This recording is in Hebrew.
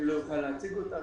לא אוכל להציג אותם,